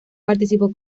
participó